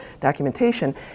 documentation